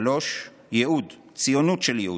השלישי, ייעוד, ציונות של ייעוד,